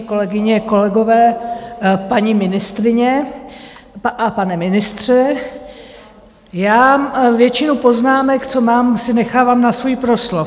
Kolegyně, kolegové, paní ministryně a pane ministře, já většinu poznámek, co mám, si nechávám na svůj proslov.